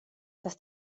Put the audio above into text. dass